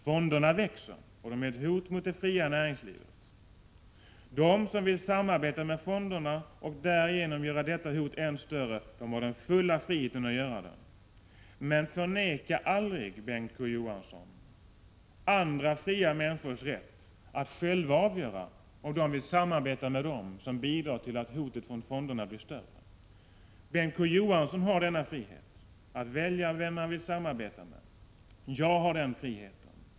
Fonderna växer, och de är ett hot mot det fria näringslivet. De som vill samarbeta med fonderna, och därigenom göra detta hot än större, har den fulla friheten att göra det. Men förneka aldrig, Bengt K. Å. Johansson, andra fria människors rätt att själva avgöra om de vill samarbeta med dem som bidrar till att hotet från fonderna blir större! Bengt K. Å. Johansson har frihet att välja vem han vill samarbeta med. Jag har den friheten.